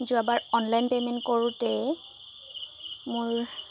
যোৱাবাৰ online payment কৰোঁতে মোৰ